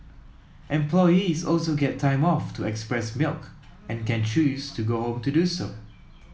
employees also get time off to express milk and can choose to go home to do so